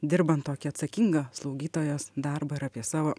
dirbant tokį atsakingą slaugytojos darbą ir apie savo